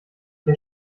der